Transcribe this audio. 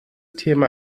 thema